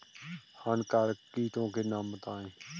हानिकारक कीटों के नाम बताएँ?